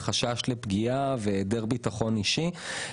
חשש לפגיעה והיעדר ביטחון אישי.